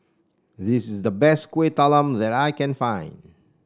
this is the best Kueh Talam that I can find